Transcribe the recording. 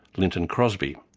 lynton crosby.